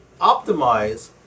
optimize